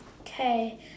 Okay